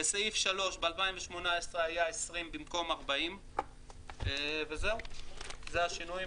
בסעיף (3) ב-2018 היה 20 במקום 40. אלה השינויים.